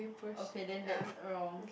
okay then that's wrong